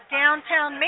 downtown